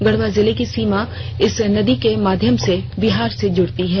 गढ़वा जिले की सीमा इस नदी के माध्यम से बिहार से जुडती है